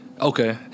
Okay